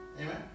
Amen